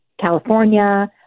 California